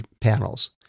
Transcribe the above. panels